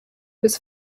was